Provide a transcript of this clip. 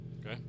Okay